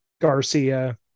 Garcia